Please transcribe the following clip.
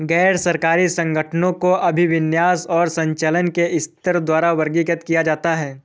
गैर सरकारी संगठनों को अभिविन्यास और संचालन के स्तर द्वारा वर्गीकृत किया जाता है